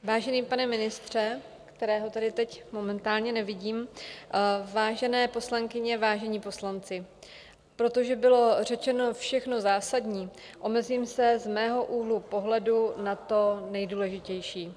Vážený pane ministře, kterého tady teď momentálně nevidím, vážené poslankyně, vážení poslanci, protože bylo řečeno všechno zásadní, omezím se z mého úhlu pohledu na to nejdůležitější.